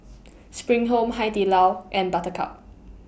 SPRING Home Hai Di Lao and Buttercup